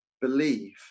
believe